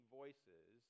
voices